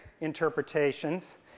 interpretations